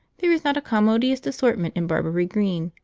there is not a commodious assortment in barbury green,